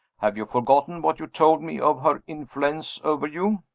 have you forgotten what you told me of her influence over you?